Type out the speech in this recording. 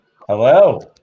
Hello